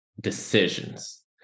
decisions